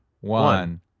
one